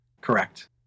Correct